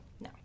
no